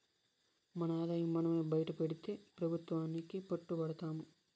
మన ఆదాయం మనమే బైటపెడితే పెబుత్వానికి పట్టు బడతాము